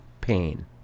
pain